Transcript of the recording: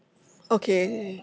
okay